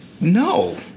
No